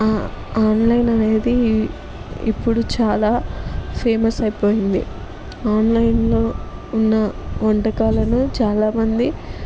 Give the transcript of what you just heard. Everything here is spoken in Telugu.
ఆన్లైన్ అనేది ఇప్పుడు చాలా ఫేమస్ అయిపోయింది ఆన్లైన్లో ఉన్న వంటకాలను చాలా మంది